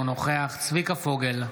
אינו נוכח צביקה פוגל,